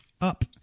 up